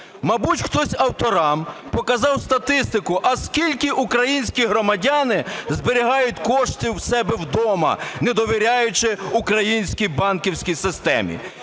Мабуть, хтось авторам показав статистику, а скільки українські громадяни зберігають кошів у себе вдома, не довіряючи українській банківській системі.